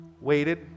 Waited